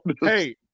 Hey